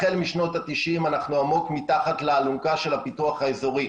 החל משנות ה-90' אנחנו עמוק מתחת לאלונקה של הפיתוח האזורי.